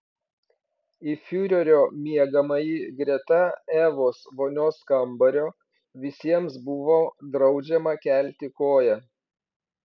į fiurerio miegamąjį greta evos vonios kambario visiems buvo draudžiama kelti koją